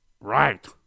Right